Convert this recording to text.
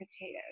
potatoes